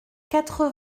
quatre